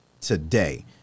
today